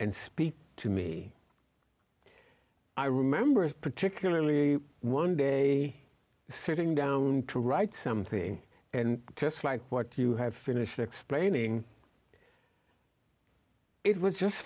and speak to me i remember particularly one day sitting down to write something and just like what you have finished explaining it was just